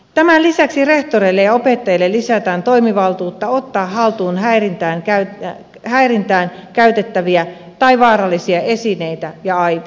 tämän lisäksi rehtoreille ja opettajille lisätään toimivaltuutta ottaa haltuun häirintään käytettäviä tai vaarallisia esineitä ja aineita